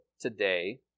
today